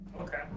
Okay